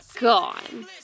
gone